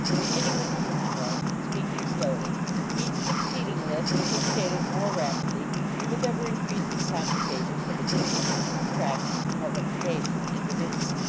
beginning with easy ones and speaking slowly each succeeding list he dictated more rapidly and with ever-increasing complications of addition, subtraction, multiplication and division,